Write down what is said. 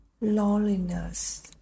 loneliness